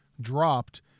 dropped